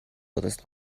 würdest